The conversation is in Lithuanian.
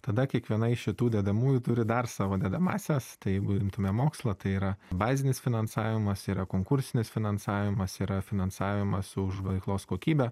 tada kiekviena iš šitų dedamųjų turi dar savo dedamąsias tai jeigu imtume mokslą tai yra bazinis finansavimas yra konkursinis finansavimas yra finansavimas už veiklos kokybę